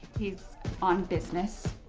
he's on business.